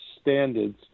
standards